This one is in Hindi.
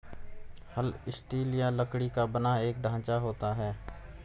हल स्टील या लकड़ी का बना एक ढांचा होता है